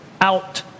out